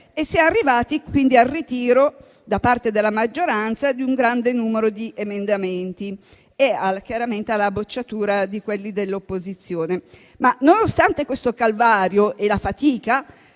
Si è arrivati così al ritiro da parte della maggioranza di un grande numero di emendamenti e chiaramente alla bocciatura di quelli dell'opposizione. Nonostante questo calvario e la fatica,